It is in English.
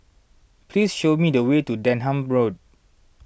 please show me the way to Denham Road